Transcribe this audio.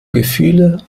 gefühle